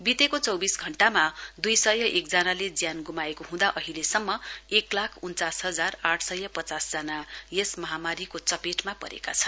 बितेको चौविस घण्टा दुईसय एक जनाले ज्यान गुमाएको हँदा अहिलेसम्म एक लाख उन्चास हजार आठ सय पचास जना यस महामारीको चपेटमा परेका छन्